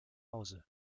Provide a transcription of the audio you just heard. hause